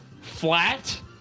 flat